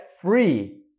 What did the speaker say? free